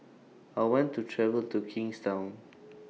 I want to travel to Kingstown